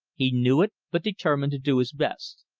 he knew it, but determined to do his best.